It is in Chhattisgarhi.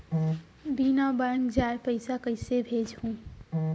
बिना बैंक जाये पइसा कइसे भेजहूँ?